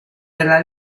della